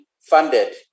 funded